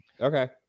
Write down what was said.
Okay